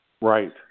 Right